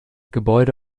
gebäude